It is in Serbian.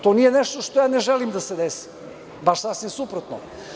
To nije nešto što ja ne želim da se desi, baš sasvim suprotno.